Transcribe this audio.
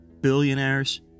billionaires